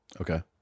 Okay